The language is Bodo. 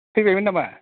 फैबायमोन नामा